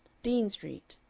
dean street.